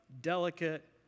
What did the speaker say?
delicate